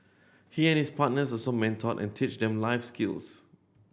he and his partner also mentor and teach them life skills